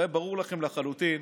הרי ברור לכם לחלוטין